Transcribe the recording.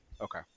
Okay